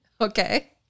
Okay